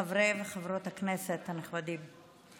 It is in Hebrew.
חברי וחברות הכנסת הנכבדים,